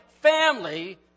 family